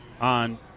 on